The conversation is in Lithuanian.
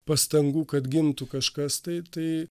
pastangų kad gimtų kažkas taip tai